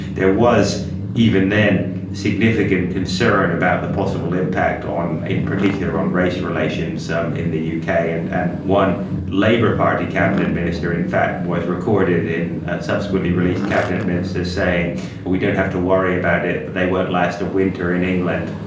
there was even then significant concern about the possible impact in particular on race relations um in the yeah uk, and and one labour party cabinet minister in fact was recorded in subsequently released cabinet minutes as saying we don't have to worry about it, they won't last a winter in england.